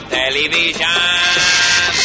television